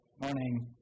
Morning